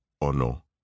Ono